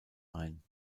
ein